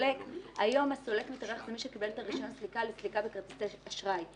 היום הסולק מתארח כמי שקיבל את רישיון סליקה לסליקה בכרטיסי אשראי.